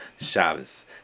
Shabbos